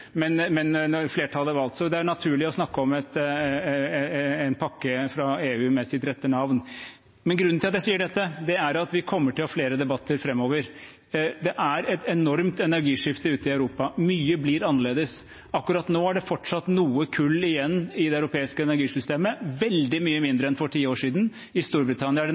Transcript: med sitt rette navn. Grunnen til at jeg sier dette, er at vi kommer til å ha flere debatter framover. Det er et enormt energiskifte ute i Europa. Mye blir annerledes. Akkurat nå er det fortsatt noe kull igjen i det europeiske energisystemet, men veldig mye mindre enn for ti år siden. I Storbritannia er